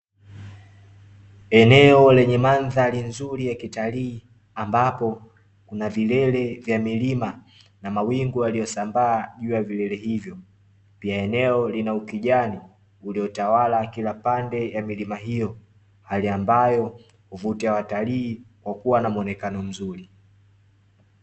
Eneo lenye mandhari nzuri ya kitalii ambapo, kuna vilele vya milima na mawingu yaliyosambaa juu ya vilele hivyo. Pia eneo lina ukijani uliotawala kila pande ya milima hiyo, hali ambayo huvutia watalii kwa kuwa na muonekano mzuri.